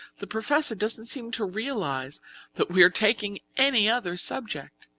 the professor doesn't seem to realize that we are taking any other subject.